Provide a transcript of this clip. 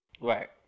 right